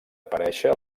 aparèixer